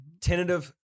Tentative